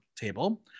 table